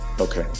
Okay